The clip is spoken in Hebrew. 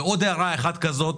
ועוד הערה אחת כזאת,